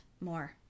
more